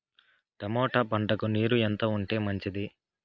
Tomato పంటకు నీరు ఎంత ఉంటే మంచిది?